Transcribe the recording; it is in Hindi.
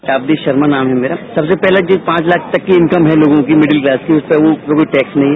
एफ बी शर्मा नाम है मेरा सबसे पहले जो पांच लाख तक की इनकम है लोगों की मीडिल क्लास की उस पर कोई टैक्स नहीं है